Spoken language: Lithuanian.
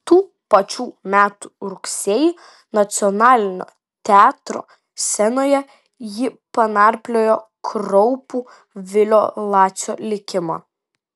tų pačių metų rugsėjį nacionalinio teatro scenoje ji panarpliojo kraupų vilio lacio likimą